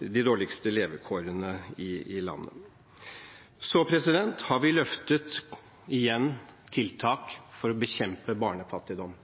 de dårligste levekårene i landet. Så har vi igjen løftet tiltak for å bekjempe barnefattigdom.